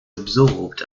absorbed